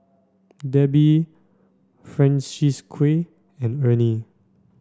Debi Francisqui and Ernie